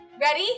Ready